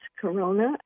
Corona